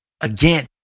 again